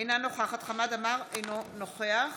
אינה נוכחת חמד עמאר, אינו נוכח